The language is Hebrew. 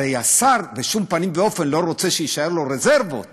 הרי השר בשום פנים ואופן לא רוצה שיישארו לו רזרבות